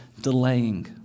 delaying